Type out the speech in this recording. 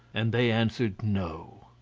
and they answered no.